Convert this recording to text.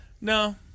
No